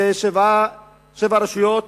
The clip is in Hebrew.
שבע רשויות